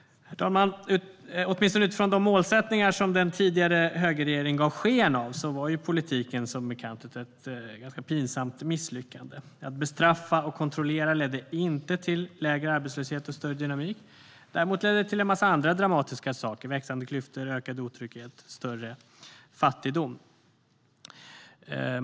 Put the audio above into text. Herr talman! Åtminstone utifrån de målsättningar den tidigare högerregeringen gav sken av att ha var politiken som bekant ett ganska pinsamt misslyckande. Att bestraffa och kontrollera ledde inte till lägre arbetslöshet och större dynamik. Däremot ledde det till en massa andra dramatiska saker, som växande klyftor, ökande otrygghet och större fattigdom.